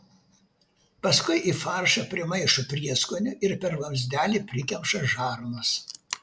paskui į faršą primaišo prieskonių ir per vamzdelį prikemša žarnas